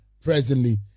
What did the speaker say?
presently